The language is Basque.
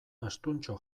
astuntxo